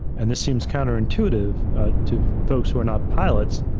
and this seems counterintuitive ah to folks who are not pilots,